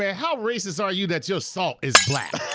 ah how racist are you that your salt is black?